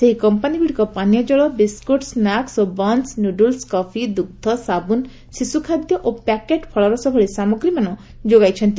ସେହି କମ୍ପାନୀଗୁଡ଼ିକ ପାନୀୟ ଜଳ ବିସ୍କୁଟ୍ ସ୍ନାକୁ ଓ ବନୁ ନୁଡୁଲ୍ସ କପି ଦୁଗ୍ର ସାବୁନ ଶିଶୁଖାଦ୍ୟ ଓ ପ୍ୟାକେଟ୍ ଫଳରସ ଭଳି ସାମଗ୍ରୀମାନ ଯୋଗାଇଛନ୍ତି